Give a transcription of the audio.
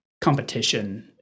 competition